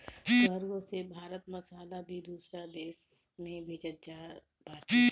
cargo से भारत मसाला भी दूसरा देस में भेजत बाटे